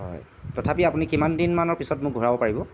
হয় তথাপি আপুনি কিমান দিনমানৰ পিছত মোক ঘূৰাব পাৰিব